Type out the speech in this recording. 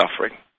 suffering